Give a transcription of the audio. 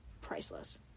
priceless